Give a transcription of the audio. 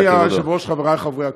אדוני היושב-ראש, חבריי חברי הכנסת,